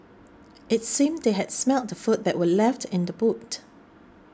it seemed that they had smelt the food that were left in the boot